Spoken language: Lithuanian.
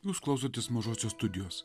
jūs klausotės mažosios studijos